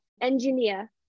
engineer